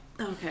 Okay